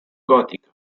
gòtica